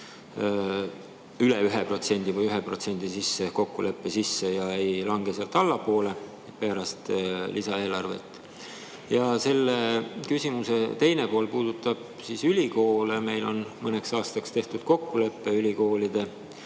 sisse ehk kokkuleppe sisse ja ei lange sealt allapoole pärast lisaeelarve [koostamist]?Selle küsimuse teine pool puudutab ülikoole. Meil on mõneks aastaks tehtud kokkulepe ülikoolide